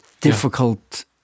difficult